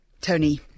Tony